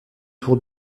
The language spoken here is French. tour